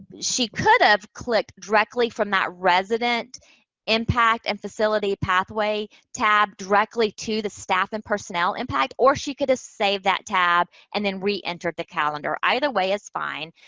she could ah have clicked directly from that resident impact and facility pathway tab directly to the staff and personnel impact, or she could have saved that tab and then reentered the calendar. either way is fine.